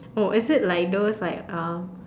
oh is it like those like uh